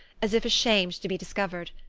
as if ashamed to be discovered.